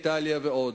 איטליה ועוד.